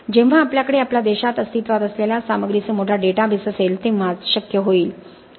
जेव्हा आपल्याकडे आपल्या देशात अस्तित्वात असलेल्या सामग्रीसह मोठा डेटाबेस असेल तेव्हाच शक्य होईल